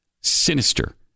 sinister